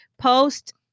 post